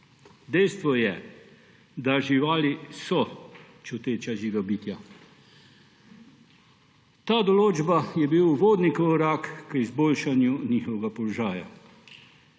Dejstvo je, da živali so čuteča živa bitja. Ta določba je bila uvodni korak k izboljšanju njihovega položaja.